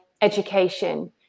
education